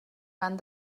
van